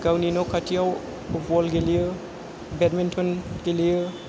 गावनि न' खाथियाव बल गेलेयो बेदमिन्ट'न गेलेयो